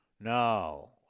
No